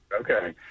Okay